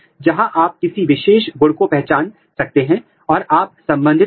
तो मूल रूप से आप अपने जीन विशिष्ट टुकड़ा लेते हैं और क्लोनिंग वेक्टर में क्लोन करते हैं